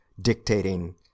dictating